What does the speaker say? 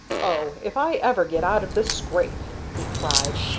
oh! if i ever get out of this scrape! he cried.